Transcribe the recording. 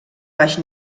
baix